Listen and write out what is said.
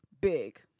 big